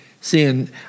seeing